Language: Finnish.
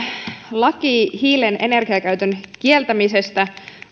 laki hiilen energiakäytön kieltämisestä